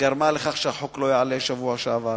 שגרמה לכך שהחוק לא עלה בשבוע שעבר,